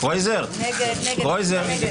נעשה